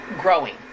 growing